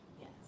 Yes